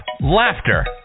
laughter